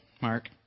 Mark